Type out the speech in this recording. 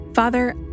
Father